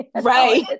Right